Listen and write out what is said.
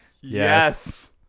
Yes